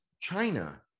China